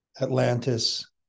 Atlantis